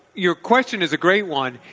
your question is a great one.